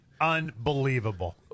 Unbelievable